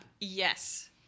Yes